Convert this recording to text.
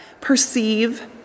perceive